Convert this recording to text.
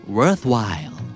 worthwhile